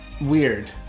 weird